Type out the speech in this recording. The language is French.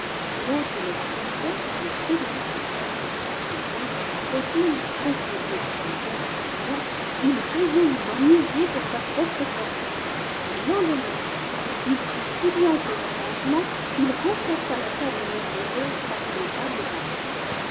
l'hôte l'observait par le trou de la serrure et voyant le prodige opéré par le jeune artisan il résolut d'en user pour sa propre fortune le lendemain matin il prit si bien ses arrangements u'il remplaça ia table merveilleuse par une table pareille